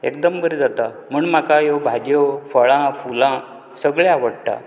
एकदम बरी जाता म्हण म्हाका ह्यो भाज्यो फळां फुलां सगळें आवडटा